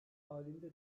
halinde